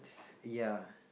ya